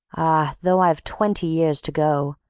ah, though i've twenty years to go,